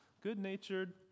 good-natured